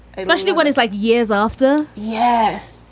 especially when it's like years after. yes.